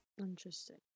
Interesting